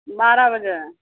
बारह बजे